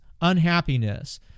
unhappiness